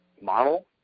model